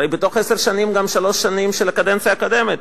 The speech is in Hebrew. הרי בתוך עשר השנים גם שלוש שנים של הקדנציה הקודמת,